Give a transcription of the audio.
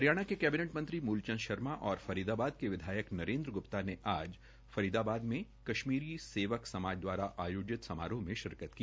हरियाणा के कैबिनेट मंत्री मुलचंद शर्मा और फरीदाबाद के विधायक नरेन्द्र ग्प्ता ने आज फरीदाबाद में कश्मीरी सेवक समाज दवारा आयोजित समारोह में शिरकत की